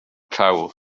llaw